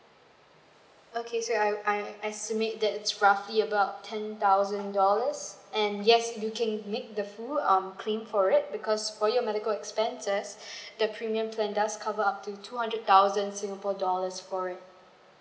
okay so I I assume that's roughly about ten thousand dollars and yes you can make the full um claim for it because for your medical expenses the premium plan does cover up to two hundred thousand singapore dollars for it